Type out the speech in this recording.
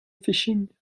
fishing